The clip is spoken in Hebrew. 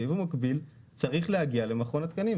ביבוא מקביל צריך להגיע למכון התקנים.